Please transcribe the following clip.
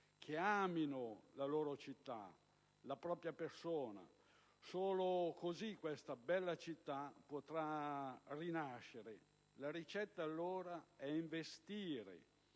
che amino la loro città, la propria persona. Solo così questa bella città potrà rinascere. La ricetta è investire